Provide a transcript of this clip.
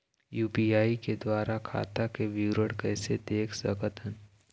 UPI के द्वारा खाता के विवरण कैसे देख सकत हन?